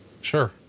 Sure